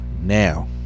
now